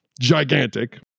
gigantic